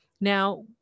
Now